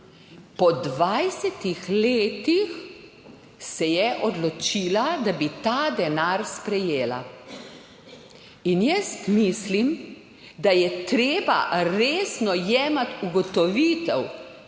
Po 20. letih se je odločila, da bi ta denar sprejela. In jaz mislim, da je treba resno jemati ugotovitev